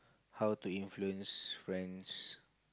how to influence friends